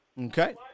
Okay